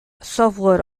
software